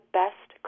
best